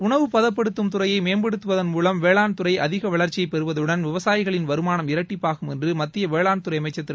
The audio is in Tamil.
உணவு பதப்படுத்தும் துறையை மேம்படுத்துவதன் மூலம் வேளாண்துறை அதிக வளர்ச்சியை பெறுவதுடன் விவசாயிகளின் வருமானம் இரட்டிப்பாகும் என்று மத்திய வேளாண் துறை அமைச்சர் திரு